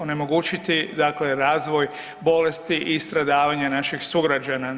Onemogućiti dakle razvoj bolesti i stradavanja naših sugrađana.